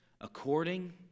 according